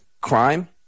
crime